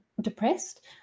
depressed